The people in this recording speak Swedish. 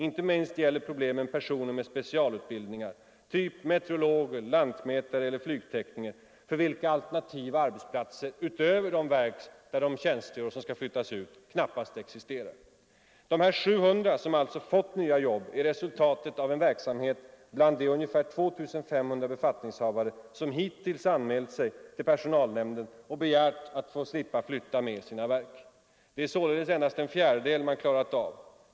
Inte minst gäller problemen personer med specialutbildningar — typ meteorologer, lantmätare eller flygtekniker — för vilka alternativa arbetsplatser utöver de verk där de tjänstgör och som skall LL flyttas ut knappast existerar. Ang. utflyttningen Dessa 700, som alltså fått nya jobb, är resultatet av en verksamhet = av statliga verk från bland de ungefär 2 500 befattningshavare som hittills anmält sig till per — Stockholm sonalnämnden och begärt att slippa flytta med sina verk. Det är således endast en fjärdedel man klarat av.